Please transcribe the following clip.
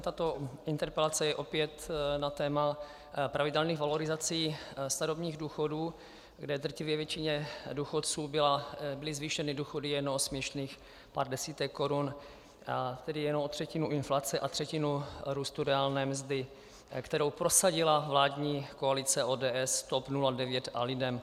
Tato interpelace je opět na téma pravidelných valorizací starobních důchodů, kde drtivé většině důchodců byly zvýšeny důchody jen o směšných pár desítek korun, tedy jen o třetinu inflace a třetinu růstu reálné mzdy, kterou prosadila vládní koalice ODS, TOP 09 a LIDEM.